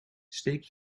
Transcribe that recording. steek